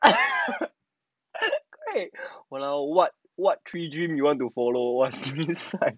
!walao! what what three dream we want to follow simi sai